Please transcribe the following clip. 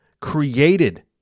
created